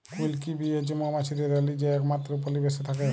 queen bee হছে মোমাছিদের রালী যে একমাত্তর উপলিবেশে থ্যাকে